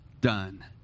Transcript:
done